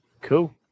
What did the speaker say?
Cool